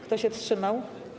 Kto się wstrzymał?